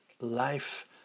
life